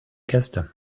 gäste